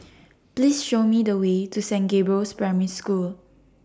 Please Show Me The Way to Saint Gabriel's Primary School